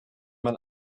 man